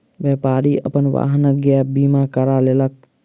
व्यापारी अपन वाहनक गैप बीमा करा लेलक